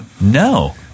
No